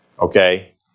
okay